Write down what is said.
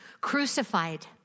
crucified